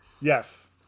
Yes